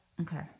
Okay